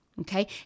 Okay